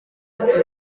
ati